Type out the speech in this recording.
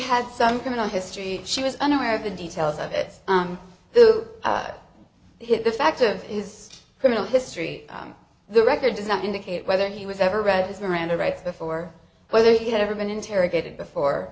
had some criminal history she was unaware of the details of it who hid the facts of his criminal history the record does not indicate whether he was ever read his miranda rights before whether he had ever been interrogated before